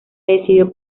decidió